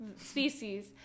species